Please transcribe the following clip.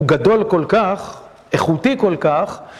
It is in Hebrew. גדול כל כך, איכותי כל כך